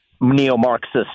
neo-Marxist